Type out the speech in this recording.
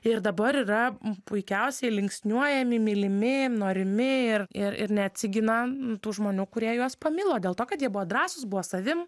ir dabar yra puikiausiai linksniuojami mylimi norimi ir ir ir neatsigina n tų žmonių kurie juos pamilo dėl to kad jie buvo drąsūs buvo savim